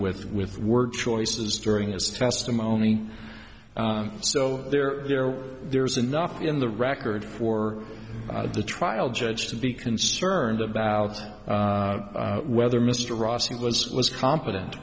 with with work choices during his testimony so there there there's enough in the record for the trial judge to be concerned about whether mr rossi was was competent